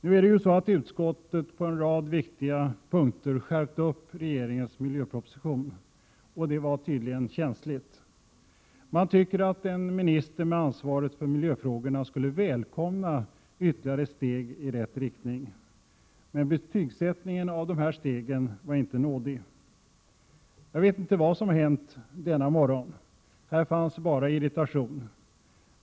Nu är det ju så, att utskottet på en rad viktiga punkter skärpt upp regeringens miljöproposition. Och det var tydligen känsligt. Man tycker att en minister med ansvar för miljöfrågorna skulle välkomna ytterligare steg i rätt riktning. Men betygsättningen av dessa steg var inte nådig. Jag vet inte vad som hänt denna morgon. Här fanns bara irritation.